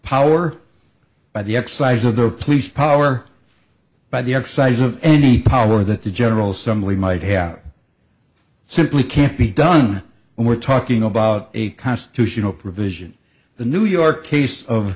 power by the exercise of their police power by the exercise of any power that the general sommelier might have simply can't be done and we're talking about a constitutional provision the new york case of